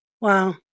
Wow